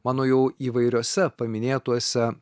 mano jau įvairiose paminėtuose